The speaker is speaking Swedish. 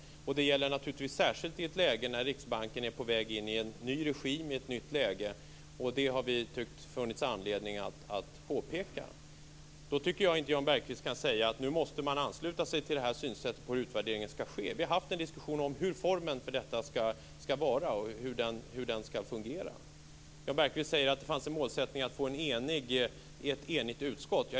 Det gäller naturligtvis särskilt i ett läge när Riksbanken är på väg in i en ny regim, ett nytt läge. Det tycker vi att det har funnits anledning att påpeka. Då tycker jag inte att Jan Bergqvist kan säga att man nu måste ansluta sig till det här synsättet på hur utvärderingen skall ske. Vi har haft en diskussion om hur formen för detta skall vara och hur det skall fungera. Jan Bergqvist säger att det fanns en målsättning att få ett enigt utskott.